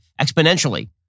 exponentially